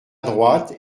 droite